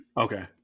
Okay